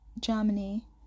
Germany